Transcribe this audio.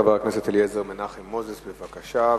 חבר הכנסת אליעזר מנחם מוזס, בבקשה.